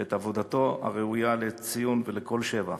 את עבודתו הראויה לציון ולכל שבח.